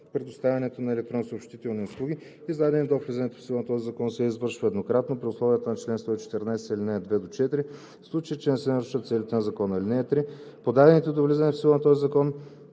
предоставянето на електронни съобщителни услуги, издадено до влизането в сила на този закон, се извършва еднократно при условията на чл. 114, ал. 2 – 4, в случай че не се нарушават целите на закона. (3) Подадените до влизане в сила на този закон